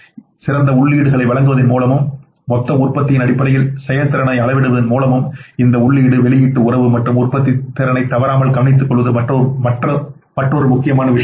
சிறந்த உள்ளீடுகளை வழங்குவதன் மூலமும் மொத்த உற்பத்தியின் அடிப்படையில் செயல்திறனை அளவிடுவதன் மூலமும் அந்த உள்ளீடு வெளியீட்டு உறவு மற்றும் உற்பத்தித்திறனை தவறாமல் கவனித்துக்கொள்வது மற்றொரு முக்கியமான விஷயமாக இருக்கும்